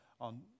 on